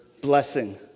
blessing